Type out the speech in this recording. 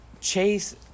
Chase